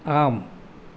ஆம்